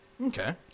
Okay